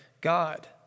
God